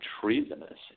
treasonous